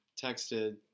texted